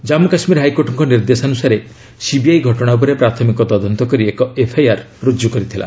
ଜାଞ୍ଗୁ କାଶ୍ମୀର ହାଇକୋର୍ଟଙ୍କ ନିର୍ଦ୍ଦେଶାନୁସାରେ ସିବିଆଇ ଘଟଣା ଉପରେ ପ୍ରାଥମିକ ତଦନ୍ତ କରି ଏକ ଏଫ୍ଆଇଆର୍ ରୁଜୁ କରିଥିଲା